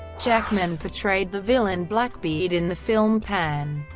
jackman portrayed the villain blackbeard in the film pan,